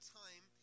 time